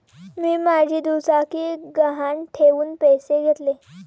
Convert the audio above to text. मी माझी दुचाकी गहाण ठेवून पैसे घेतले